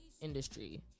industry